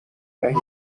دهیم